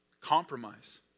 compromise